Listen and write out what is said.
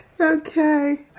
Okay